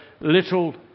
little